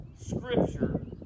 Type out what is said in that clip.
scripture